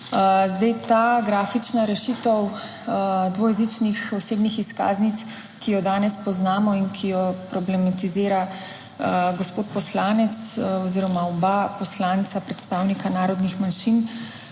Zdaj, ta grafična rešitev dvojezičnih osebnih izkaznic, ki jo danes poznamo in ki jo problematizira gospod poslanec oziroma oba poslanca, predstavnika narodnih manjšin,